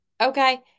Okay